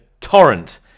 torrent